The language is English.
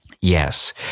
Yes